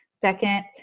Second